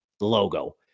logo